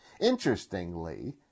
Interestingly